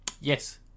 Yes